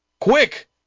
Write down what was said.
Quick